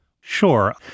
Sure